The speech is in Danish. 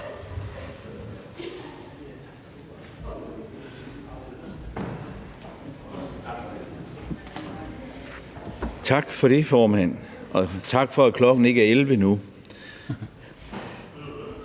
Tak for det, formand. Og tak, fordi klokken ikke er 23 nu.